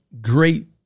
great